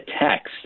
text